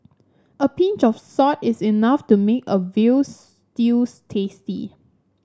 a pinch of salt is enough to make a veal stews tasty